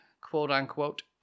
quote-unquote